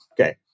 Okay